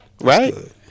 Right